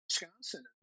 Wisconsin